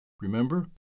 remember